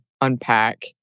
unpack